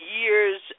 years